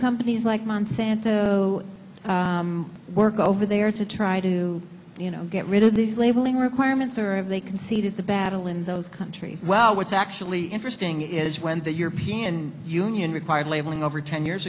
companies like monsanto work over there to try to you know get rid of these labeling requirements or if they conceded the battle in those countries well what's actually interesting is when the european union required labeling over ten years